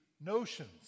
notions